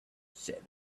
said